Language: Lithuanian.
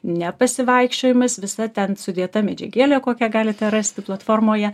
ne pasivaikščiojimas visa ten sudėta medžiagėlė kokią galite rasti platformoje